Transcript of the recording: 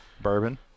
Bourbon